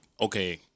okay